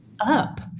up